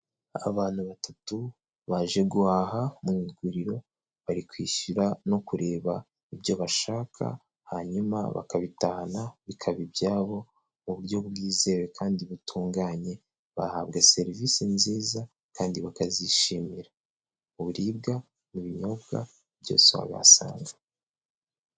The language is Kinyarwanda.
Abantu batatu baje guhaha mu iguriro, bari kwishyura no kureba ibyo bashaka hanyuma bakabitahana bikaba ibyabo mu buryo bwizewe kandi butunganye, bahabwa serivisi nziza kandi bakazishimira, uburibwa, ubunyobwa byose wabihasanga.